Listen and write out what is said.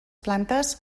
plantes